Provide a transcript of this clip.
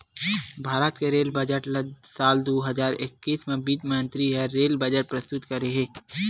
भारत के rail budget ल साल दू हजार एक्कीस म बित्त मंतरी ह रेल बजट प्रस्तुत करे हे